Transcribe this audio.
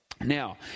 Now